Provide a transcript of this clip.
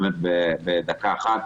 בדקה אחת,